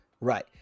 Right